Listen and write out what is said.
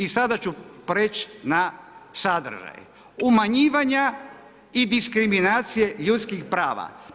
I sada ću preći na sadržaj, umanjivanja i diskriminacije ljudskih prava.